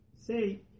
say